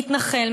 מתנחל,